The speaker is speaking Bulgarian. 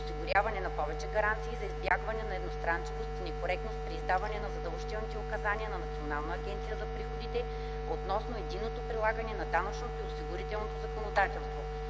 осигуряване на повече гаранции за избягване на едностранчивост и некоректност при издаването на задължителните указания на Националната агенция за приходите относно единното прилагане на данъчното и осигурителното законодателство.